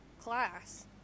class